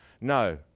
no